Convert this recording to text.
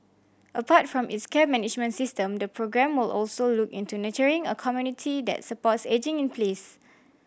apart from its care management system the programme will also look into nurturing a community that supports ageing in place